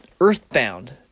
Earthbound